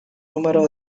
número